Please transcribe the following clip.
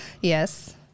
Yes